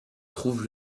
trouve